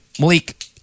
Malik